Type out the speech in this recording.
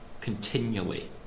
continually